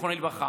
זיכרונו לברכה.